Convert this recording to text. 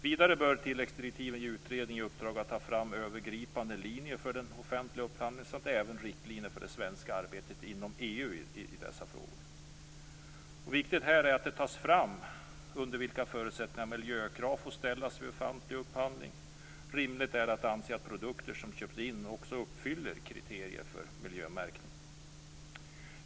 Vidare bör tilläggsdirektiven ge utredningen i uppdrag att ta fram övergripande linjer för den offentliga upphandlingen samt även riktlinjer för det svenska arbetet inom EU i dessa frågor. Viktigt här är att det tas fram under vilka förutsättningar miljökrav får ställas vid offentlig upphandling. Rimligt är att anse att produkter som köps in också bör uppfylla kriterier för miljömärkning.